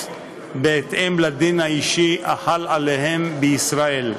בהתאם לדין האישי החל עליהם בישראל.